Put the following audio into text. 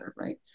right